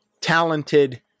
talented